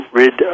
rid